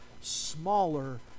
smaller